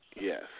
Yes